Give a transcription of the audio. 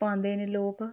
ਪਾਉਂਦੇ ਨੇ ਲੋਕ